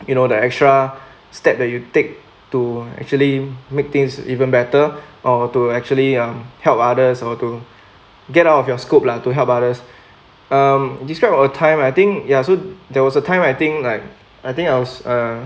you know the extra step that you take to actually make things even better or to actually um help others or to get out of your scope lah to help others um describe a time I think ya so there was a time I think like I think I was uh